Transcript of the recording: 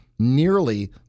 Nearly